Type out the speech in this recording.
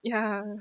ya